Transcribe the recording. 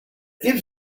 gives